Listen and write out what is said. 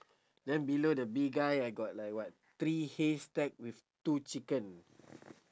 then below the bee guy I got like what three haystack with two chicken